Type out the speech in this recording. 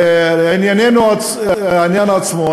לענייננו, העניין עצמו.